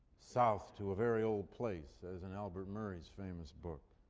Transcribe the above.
south to a very old place as in albert murray's famous book.